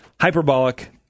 hyperbolic